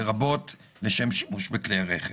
לרבות לשם שימוש בכלי רכב.